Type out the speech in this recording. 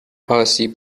آسیب